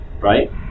right